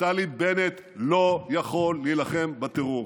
נפתלי בנט לא יכול להילחם בטרור.